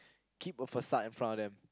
keep a facade in front of them